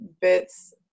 bits